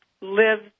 lives